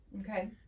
Okay